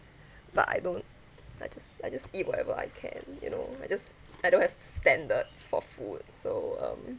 but I don't I just I just eat whatever I can you know I just I don't have standards for food so um